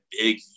big